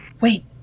Wait